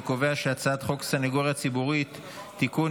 אני קובע שהצעת חוק הסנגוריה הציבורית (תיקון,